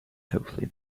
hopefully